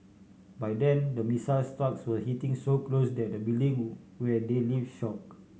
by then the missile strikes were hitting so close that the building where they live shook